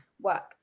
work